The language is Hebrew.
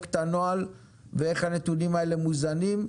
את הנוהל ואיך הנתונים האלה מוזנים.